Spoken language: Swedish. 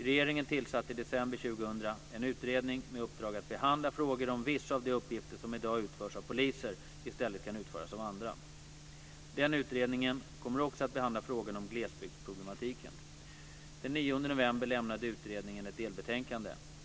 Regeringen tillsatte i december 2000 en utredning med uppdrag att behandla frågan om vissa av de uppgifter som i dag utförs av poliser i stället kan utföras av andra. Den utredningen kommer också att behandla frågan om glesbygdsproblematiken. Den 9 november lämnade utredningen ett delbetänkande.